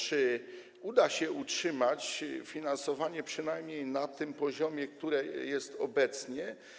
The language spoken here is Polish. Czy uda się utrzymać finansowanie przynajmniej na takim poziomie, jaki jest obecnie?